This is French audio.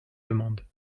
demande